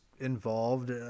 involved